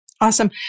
Awesome